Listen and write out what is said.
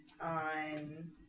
on